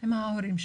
עם ההורים שלה.